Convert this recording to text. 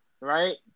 Right